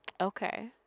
Okay